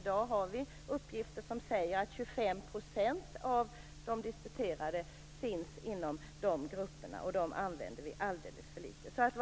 I dag har vi uppgifter som säger att 25 % av de disputerade finns inom dessa grupper, och vi använder dem alldeles för litet.